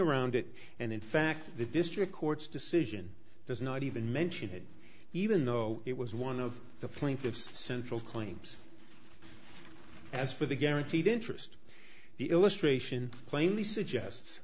around it and in fact the district court's decision does not even mention it even though it was one of the plaintiffs central claims as for the guaranteed interest the illustration plainly suggests